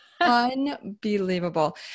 unbelievable